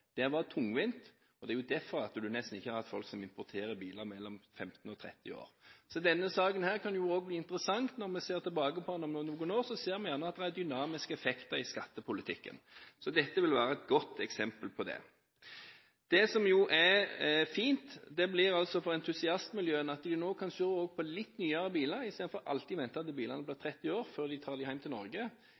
Det hadde vært tungvint, og det er derfor det nesten ikke har vært folk som har importert biler mellom 15 og 30 år. Denne saken kan også bli interessant når vi ser tilbake på den om noen år, da ser vi gjerne at det er dynamiske effekter i skattepolitikken – dette vil være et godt eksempel på det. Det som er fint for entusiastmiljøene, er at de nå også kan se på litt nyere biler, istedenfor alltid å vente til bilene blir 30 år før de tar dem hjem til Norge